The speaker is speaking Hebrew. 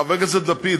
חבר הכנסת לפיד,